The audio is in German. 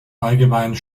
allgemeinen